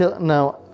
Now